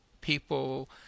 people